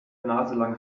naselang